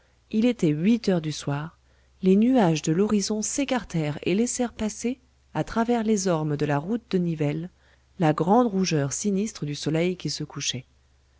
il était huit heures du soir les nuages de l'horizon s'écartèrent et laissèrent passer à travers les ormes de la route de nivelles la grande rougeur sinistre du soleil qui se couchait